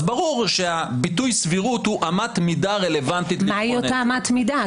אז ברור שהביטוי סבירות הוא אמת מידה רלוונטית --- מהי אותה אמת מידה?